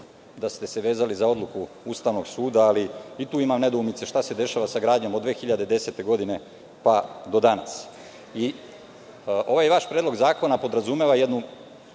da ste se vezali za Odluku Ustavnog suda, ali i tu ima nedoumice, šta se dešava sa gradnjom od 2010. godine pa do danas. Ovaj vaš predlog zakona podrazumeva jednu